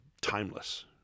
timeless